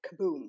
kaboom